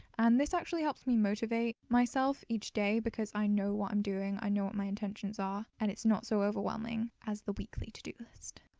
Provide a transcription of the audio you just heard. and this actually helps me motivate myself each day because i know what i'm doing, i know what my intentions are and it's not so overwhelming as the weekly to-do list.